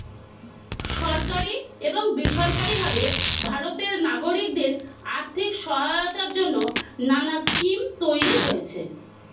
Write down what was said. সরকারি এবং বেসরকারি ভাবে ভারতের নাগরিকদের আর্থিক সহায়তার জন্যে নানা স্কিম তৈরি হয়েছে